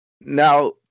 Now